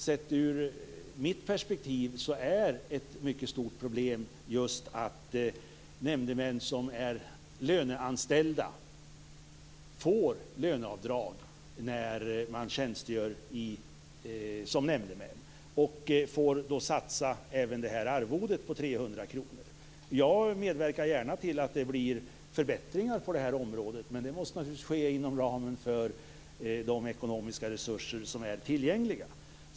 Sett ur mitt perspektiv är ett mycket stort problem just detta att nämndemän som är löneanställda får lönedrag när de tjänstgör som nämndeman och får då satsa arvodet på 300 kr. Jag medverkar gärna till att det blir förbättringar på det här området, men det måste naturligtvis ske inom ramen för de ekonomiska resurser som är tillgängliga.